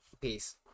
Peace